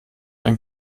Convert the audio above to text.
ein